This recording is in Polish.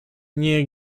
nie